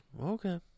okay